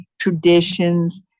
traditions